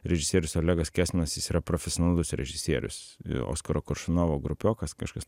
režisierius olegas kesminas jis yra profesionalus režisierius oskaro koršunovo grupiokas kažkas